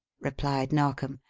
replied narkom.